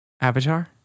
Avatar